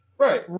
Right